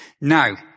Now